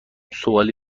سوالی